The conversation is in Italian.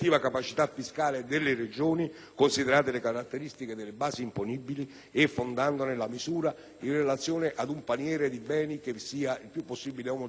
considerate le caratteristiche delle basi imponibili e fondandone la misura in relazione ad un paniere di beni che sia il più possibile omogeneo su tutto il territorio nazionale.